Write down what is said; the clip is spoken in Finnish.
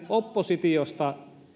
oppositiosta